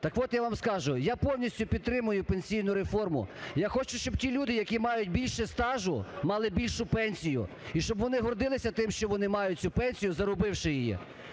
Так от, я вам скажу, я повністю підтримую пенсійну реформу. Я хочу, щоб ті люди, які мають більше стажу, мали більшу пенсію, і щоб вони гордилися тим, що вони мають цю пенсію, заробивши її.